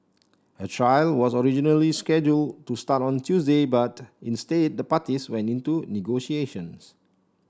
a trial was originally schedule to start on Tuesday but instead the parties went into negotiations